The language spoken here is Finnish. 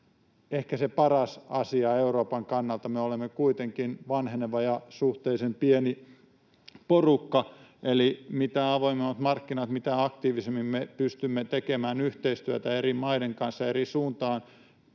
ehkä se paras asia Euroopan kannalta. Me olemme kuitenkin vanheneva ja suhteellisen pieni porukka, eli mitä avoimemmat markkinat, mitä aktiivisemmin me pystymme tekemään yhteistyötä eri maiden kanssa eri suuntaan,